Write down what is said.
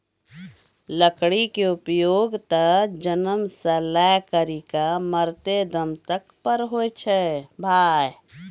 लकड़ी के उपयोग त जन्म सॅ लै करिकॅ मरते दम तक पर होय छै भाय